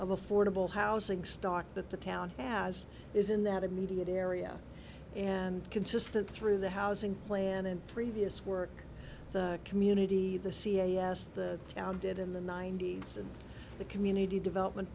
of affordable housing stock that the town has is in that immediate area and consistent through the housing plan and previous work the community the c a s the town did in the ninety's and the community development